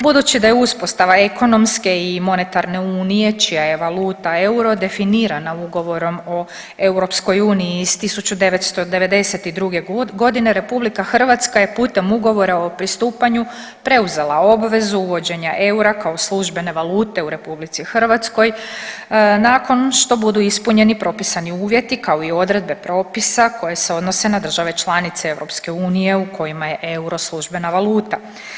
Budući da je uspostava ekonomske i monetarne unije čija je valuta euro definirana ugovorom o EU iz 1992.g. RH je putem ugovora o pristupanju preuzela obvezu uvođenja eura kao službene valute u RH nakon što budu ispunjeni propisani uvjeti, kao i odredbe propisa koje se odnose na države članice EU u kojima je euro službena valuta.